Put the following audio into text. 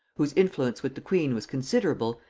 whose influence with the queen was considerable,